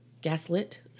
gaslit